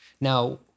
Now